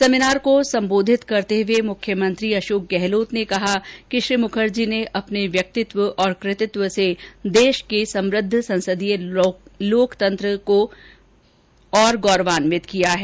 seminar को सम्बोधित करते हुए मुख्यमंत्री अशोक गहलोत ने कहा कि श्री मुखर्जी ने अपने व्यक्तित्व और कृतित्व से देश के समृद्ध संसदीय लोकतंत्र का गौरव और बढ़ाया है